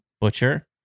Butcher